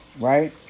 right